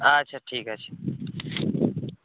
আচ্ছা ঠিক আছে